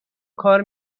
کار